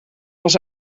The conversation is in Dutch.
was